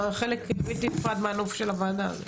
בלתי נפרד מהנוף של הוועדה.